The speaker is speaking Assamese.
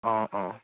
অঁ অঁ